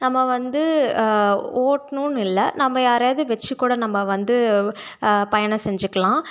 நம்ம வந்து ஓட்டினோனு இல்லை நம்ம யாரையாவது வச்சு கூட நம்ம வந்து பயணம் செஞ்சுக்கலாம்